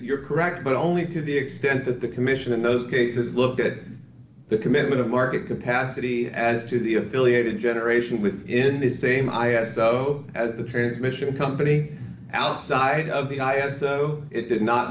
you're correct but only to the extent that the commission in those cases looked at the commitment of market capacity as to the affiliated generation with in the same i s o as the transmission company outside of the i s o it did not